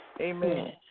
Amen